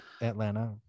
Atlanta